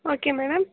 okay madam